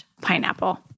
Pineapple